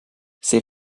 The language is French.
ses